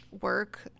work